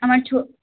আমার